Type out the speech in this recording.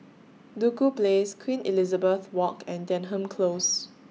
Duku Place Queen Elizabeth Walk and Denham Close